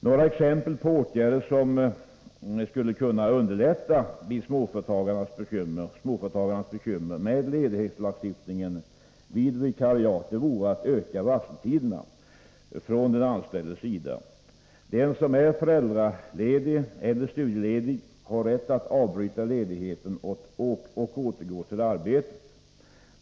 Några exempel på åtgärder som skulle kunna underlätta småföretagarnas bekymmer med ledighetslagstiftningen vid vikariat vore att öka varseltiderna. Den som är föräldraledig eller studieledig har rätt att avbryta ledigheten och återgå i arbete.